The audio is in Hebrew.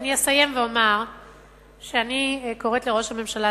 אני אסיים ואומר שאני קוראת לראש הממשלה,